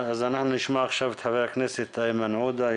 אז אנחנו נשמע עכשיו את חבר הכנסת איימן עודה,